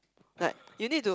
but you need to